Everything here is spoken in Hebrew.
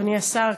אדוני השר,